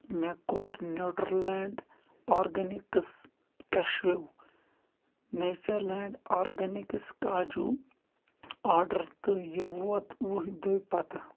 مےٚ کوٚر Nutra Land Organics cashew Nature Land Organics کاجوٗ آرڈر تہٕ یہِ ووت وُہہِ دۄہَہ پتہٕ